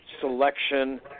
selection